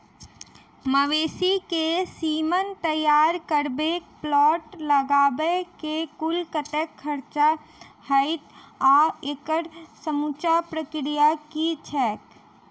मवेसी केँ सीमन तैयार करबाक प्लांट लगाबै मे कुल कतेक खर्चा हएत आ एकड़ समूचा प्रक्रिया की छैक?